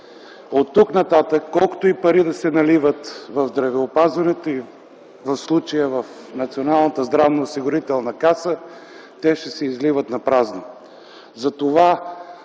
оттук нататък, колкото и пари да се наливат в здравеопазването, в случая и в Националната здравноосигурителна каса, те ще се изливат напразно.